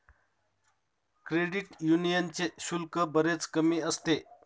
credit यूनियनचे शुल्क बरेच कमी असते